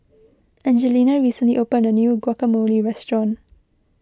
Angelina recently opened a new Guacamole restaurant